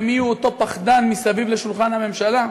מי הוא אותו פחדן ליד לשולחן הממשלה.